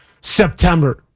September